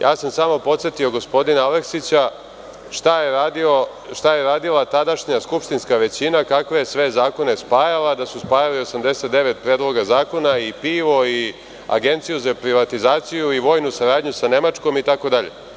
Ja sam samo podsetio gospodina Aleksića šta je radila tadašnja skupštinska većina, kakve je sve zakone spajala, da su spajali 89 predloga zakona i pivo i Agenciju za privatizaciju i vojnu saradnju sa Nemačkom, itd.